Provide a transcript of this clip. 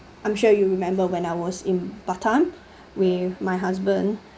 I'm sure you remember when I was in batam with my husband